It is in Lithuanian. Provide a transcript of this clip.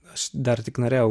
aš dar tik norėjau